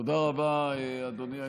1. תודה רבה, אדוני היושב-ראש,